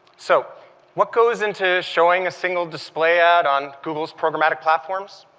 so what goes into showing a single display ad on google's programmatic platforms?